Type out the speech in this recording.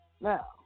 Now